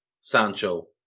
Sancho